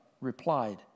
replied